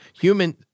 human